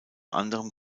anderem